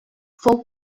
fou